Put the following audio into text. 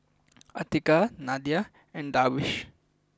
Atiqah Nadia and Darwish